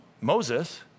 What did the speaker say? Moses